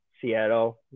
Seattle